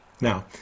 Now